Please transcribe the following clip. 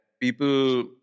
people